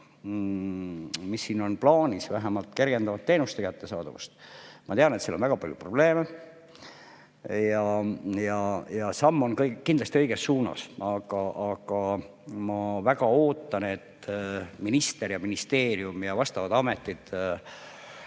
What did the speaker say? mis on plaanis, vähemalt kergendavad teenuste kättesaadavust. Ma tean, et seal on väga palju probleeme. Samm on kindlasti õiges suunas, aga ma väga ootan, et minister, ministeerium ja vastavad ametid